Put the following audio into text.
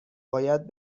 باید